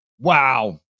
Wow